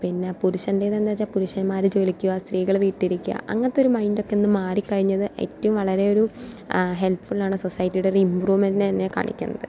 പിന്നെ പുരുഷൻ്റെത് എന്ന് വെച്ചാൽ പുരുഷന്മാര് ജോലിക്ക് പോകുക സ്ത്രീകൾ വീട്ടിൽ ഇരിക്കുക അങ്ങനത്തെ ഒരു മൈൻഡ് ഒക്കെ ഒന്ന് മാറിക്കഴിഞ്ഞത് ഏറ്റവും വളരെ ഒരു ഹെല്പ്ഫുള്ളാണ് സൊസൈറ്റിയുടെ ഒരു ഇംപ്രൂവ്മെന്റിനെ തന്നെയാണ് കാണിക്കുന്നത്